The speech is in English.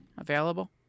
Available